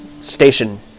station